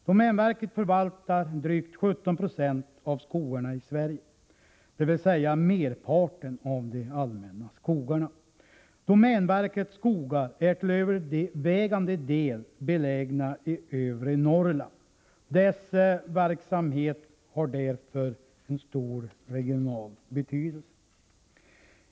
Domänverket förvaltar drygt 17 Ze av skogarna i Sverige, dvs. merparten av de allmänna skogarna. Domänverkets skogar är till övervägande del belägna i övre Norrland. Dess verksamhet har därför stor regional betydelse.